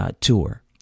tour